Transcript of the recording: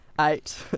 Eight